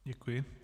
Děkuji.